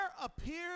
appeared